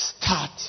start